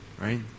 right